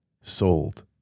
sold